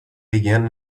again